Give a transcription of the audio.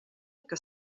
que